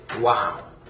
Wow